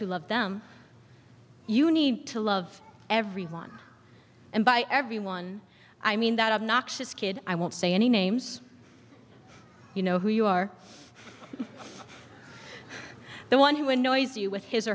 who love them you need to love everyone and by everyone i mean that obnoxious kid i won't say any names you know who you are the one who annoys you with his